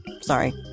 Sorry